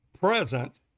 Present